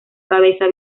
cabeza